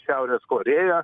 šiaurės korėja